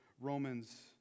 Romans